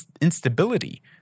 instability